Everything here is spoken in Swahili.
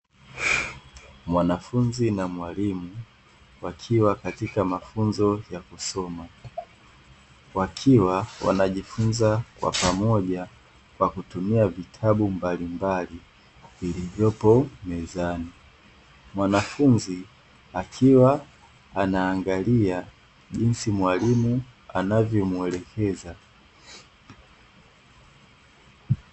Mwanafunzi na mwalimu wakiwa katika mafunzo ya kusoma, wakiwa wanajifunza kwa pamoja kwa kutumia vitabu mbalimbali vilivyopo mezani, mwanafunzi akiwa anaangalia jinsi mwalimu anavyomuelekeza.